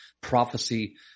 prophecy